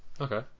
Okay